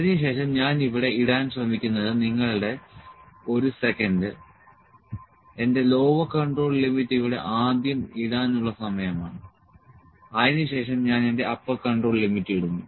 അതിനുശേഷം ഞാൻ ഇവിടെ ഇടാൻ ശ്രമിക്കുന്നത് നിങ്ങളുടെ ഒരു സെക്കൻഡ് എന്റെ ലോവർ കൺട്രോൾ ലിമിറ്റ് ഇവിടെ ആദ്യം ഇടാനുള്ള സമയം ആണ് അതിനുശേഷം ഞാൻ എന്റെ അപ്പർ കൺട്രോൾ ലിമിറ്റ് ഇടുന്നു